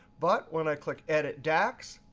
but when i click edit dax,